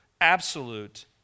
absolute